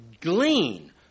glean